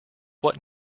what